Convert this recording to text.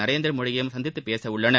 நரேந்திர மோடியையும் சந்தித்து பேச உள்ளனர்